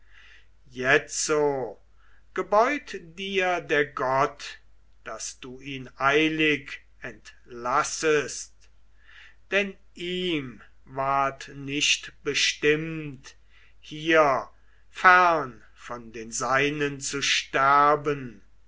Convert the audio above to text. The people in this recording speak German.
jetzo gebeut dir der gott daß du ihn eilig entlassest denn ihm ward nicht bestimmt hier fern von den seinen zu sterben